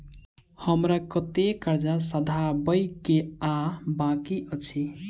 हमरा कतेक कर्जा सधाबई केँ आ बाकी अछि?